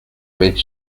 which